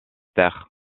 terre